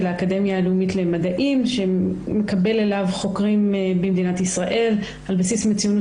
האקדמיה הלאומית למדעים שמקבל אליו חוקרים במדינת ישראל על בסיס מצוינות